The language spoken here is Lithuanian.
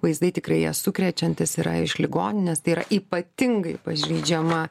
vaizdai tikrai jie sukrečiantys yra iš ligoninės tai yra ypatingai pažeidžiama